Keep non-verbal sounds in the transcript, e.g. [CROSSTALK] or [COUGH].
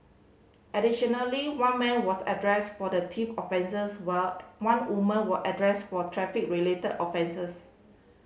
additionally one man was address for the [UNINTELLIGIBLE] offences while one woman was address for traffic related offences